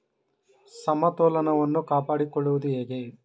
ಸಮತೋಲನವನ್ನು ಕಾಪಾಡಿಕೊಳ್ಳುವುದು ಹೇಗೆ?